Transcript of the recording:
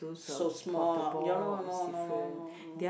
so small ya loh !han nor! !han nor! !han nor! !han nor!